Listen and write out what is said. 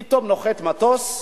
פתאום נוחת מטוס,